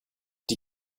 die